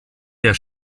der